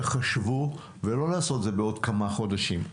תחשבו ולא לעשות את זה בעוד כמה חודשים,